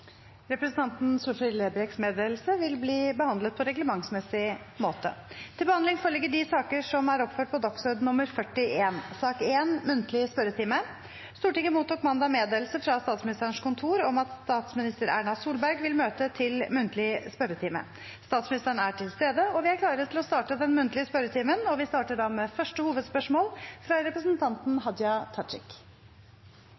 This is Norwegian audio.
Representanten Solfrid Lerbrekks meddelelse vil bli behandlet på reglementsmessig måte. Stortinget mottok mandag meddelelse fra Statsministerens kontor om at statsminister Erna Solberg vil møte til muntlig spørretime. Statsministeren er til stede, og vi er klare til å starte den muntlige spørretimen. Vi starter da med første hovedspørsmål, fra representanten